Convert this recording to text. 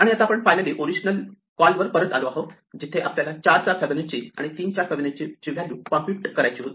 आणि आता आपण फायनली ओरिजनल कॉलवर परत आलो आहोत जिथे आपल्याला 4 चा फिबोनाची आणि 3 च्या फिबोनाचीची व्हॅल्यू कॉम्प्युट करायची होती